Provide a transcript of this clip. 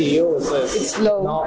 you know